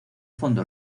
fondo